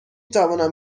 توانم